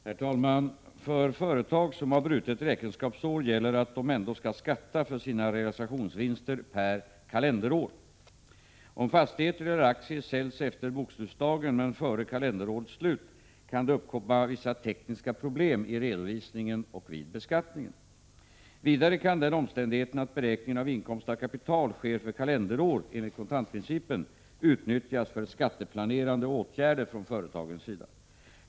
Herr talman! För företag som har brutet räkenskapsår gäller att de ändå skall skatta för sina realisationsvinster per kalenderår. Om fastigheter eller aktier säljs efter bokslutsdagen men före kalenderårets slut kan det uppkomma vissa tekniska problem i redovisningen och vid beskattningen. Vidare kan den omständigheten att beräkningen av inkomst av kapital sker för kalenderår enligt kontantprincipen utnyttjas för skatteplanerande åtgärder från företagens sida.